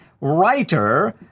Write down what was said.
writer